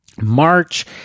March